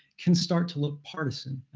can start to look partisan.